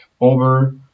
over